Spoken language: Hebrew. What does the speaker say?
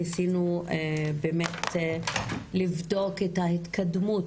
ניסינו לבדוק את ההתקדמות